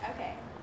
Okay